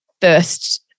first